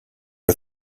are